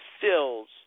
fills